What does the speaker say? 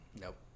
Nope